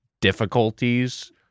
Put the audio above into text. difficulties